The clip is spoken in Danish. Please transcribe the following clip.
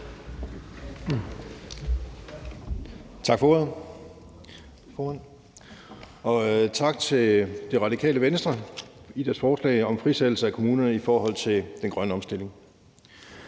formand, og tak til Radikale Venstre for at fremsætte et forslag om frisættelse af kommunerne i forhold til den grønne omstilling.